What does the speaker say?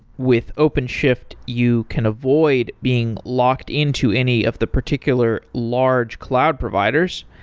with openshift, you can avoid being locked into any of the particular large cloud providers.